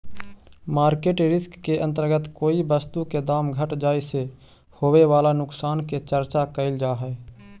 market risk के अंतर्गत कोई वस्तु के दाम घट जाए से होवे वाला नुकसान के चर्चा कैल जा हई